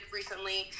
recently